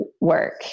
work